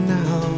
now